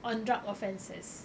on drug offenses